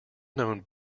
known